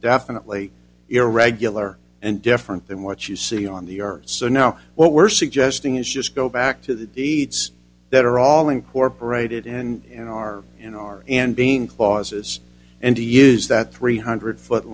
definitely irregular and different than what you see on the earth so now what we're suggesting is just go back to the deeds that are all incorporated and are in r and being clauses and to use that three hundred foot